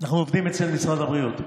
אנחנו עובדים אצל משרד הבריאות,